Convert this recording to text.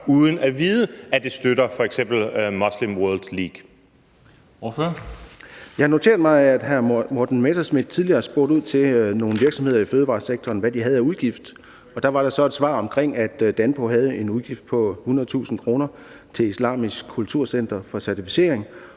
Kl. 10:43 Søren Egge Rasmussen (EL): Jeg har noteret mig, at hr. Morten Messerschmidt tidligere har spurgt nogle virksomheder i fødevaresektoren om, hvad de havde af udgifter, og der var der så et svar om, at Danpo havde en udgift på 100.000 kr. til Islamisk Kulturcenter for certificering